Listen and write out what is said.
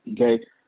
Okay